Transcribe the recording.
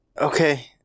Okay